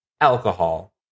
alcohol